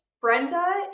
Brenda